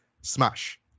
smash